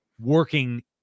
working